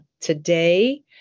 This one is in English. Today